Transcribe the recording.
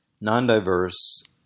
non-diverse